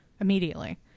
immediately